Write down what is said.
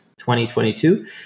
2022